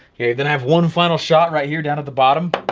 okay, then i have one final shot right here down at the bottom,